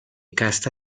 casta